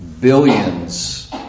billions